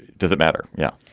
does it matter? you know,